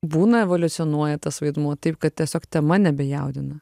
būna evoliucionuoja tas vaidmuo taip kad tiesiog tema nebejaudina